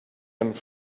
and